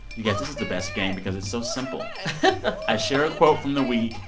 you guys, this is the best game because it's so simple i share a quote from the week.